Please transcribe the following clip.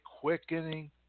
quickening